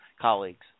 colleagues